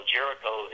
Jericho